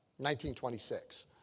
1926